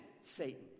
Satan